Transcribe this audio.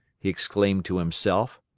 he exclaimed to himself.